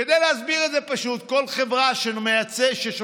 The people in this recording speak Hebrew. כדי להסביר את זה פשוט, כל חברה ששולחת